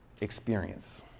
experience